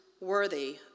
worthy